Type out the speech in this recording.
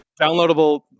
Downloadable